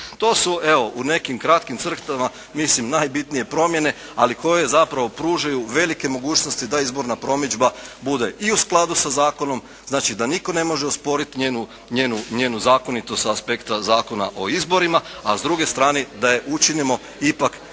To su evo u nekim kratkim crtama mislim najbitnije promjene ali koje zapravo pružaju velike mogućnosti da izborna promidžba bude i u skladu sa zakonom, znači da nitko ne može osporiti njenu zakonitost sa aspekta zakona o izborima, a s druge strane da je učinimo ipak